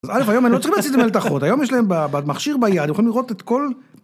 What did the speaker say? אלף היום הם לא צריכים להציץ במלתחות. היום יש להם מכשיר ביד הם יכולים לראות את כל.